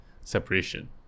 Separation